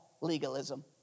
legalism